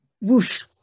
whoosh